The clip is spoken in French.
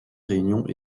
réunions